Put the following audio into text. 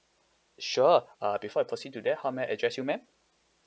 sure uh before I proceed to that how may I address you madam